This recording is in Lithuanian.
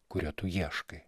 kurio tu ieškai